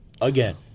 again